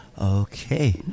Okay